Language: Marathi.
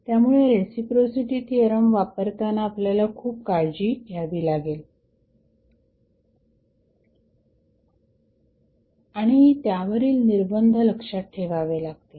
त्यामुळे रेसिप्रोसिटी थिअरम वापरताना आपल्याला खूप काळजी घ्यावी लागेल आणि त्यावरील निर्बंध लक्षात ठेवावे लागतील